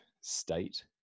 state